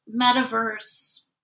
metaverse